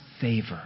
favor